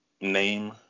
name